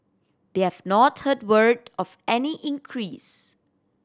they have not heard word of any increase